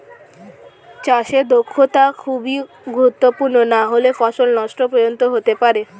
চাষে দক্ষতা খুবই গুরুত্বপূর্ণ নাহলে ফসল নষ্ট পর্যন্ত হতে পারে